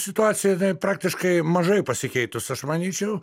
situacija praktiškai mažai pasikeitus aš manyčiau